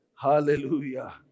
Hallelujah